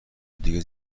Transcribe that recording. دیگه